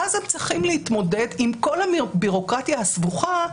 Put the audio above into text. ואז הם צריכים להתמודד עם כל הביורוקרטיה הסבוכה.